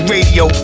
Radio